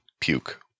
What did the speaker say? puke